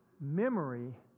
memory